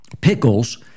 pickles